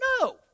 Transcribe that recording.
No